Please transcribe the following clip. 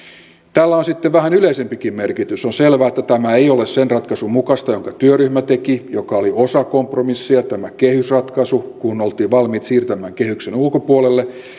täällä on sitten vähän yleisempikin merkitys on selvä että tämä ei ole sen ratkaisun mukaista jonka työryhmä teki joka oli osa kompromissia tämä kehysratkaisu kun oltiin valmiita siirtämään kehyksen ulkopuolelle